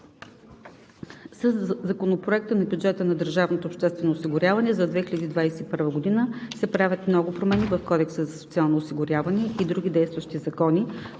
Със Законопроекта на бюджета на държавното обществено осигуряване за 2021 г. се правят много промени в Кодекса за социално осигуряване и други действащи закони.